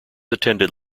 attended